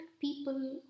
people